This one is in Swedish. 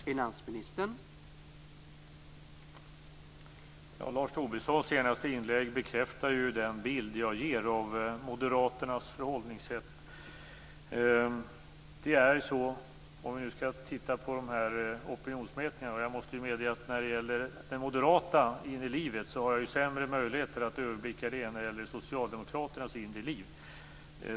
Herr talman! Lars Tobissons senaste inlägg bekräftar den bild som jag ger av Moderaternas förhållningssätt. Jag måste medge att jag har sämre möjligheter att överblicka det moderata inre livet än Socialdemokraternas inre liv.